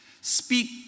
Speak